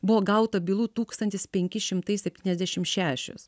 buvo gauta bylų tūkstantis penki šimtai septyniasdešim šešios